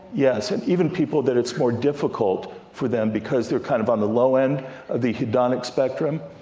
yes. and even people that it's more difficult for them because they are kind of on the low end of the hedonic spectrum,